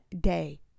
day